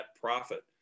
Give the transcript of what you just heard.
profit